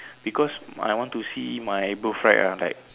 because I want to see my birthright ah like